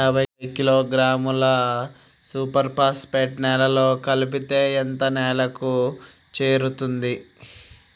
యాభై కిలోగ్రాముల super phosphate నేలలో కలిపితే ఎంత నేలకు చేరుతది?